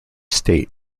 state